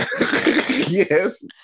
Yes